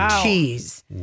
cheese